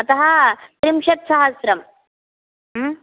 अतः त्रिंशत् सहस्रम्